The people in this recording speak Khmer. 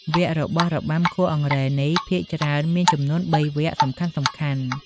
វគ្គរបស់របាំគោះអង្រែនេះភាគច្រើនមានចំនួន ៣ វគ្គសំខាន់ៗ។